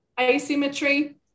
asymmetry